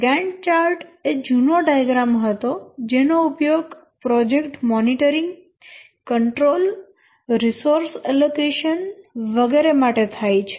Gantt chart એ જૂનો diagram હતો જેનો ઉપયોગ project monitoring control resource allocation વગેરે માટે થાય છે